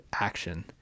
action